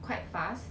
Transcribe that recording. quite fast